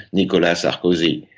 nikolas sarkozy.